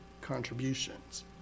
contributions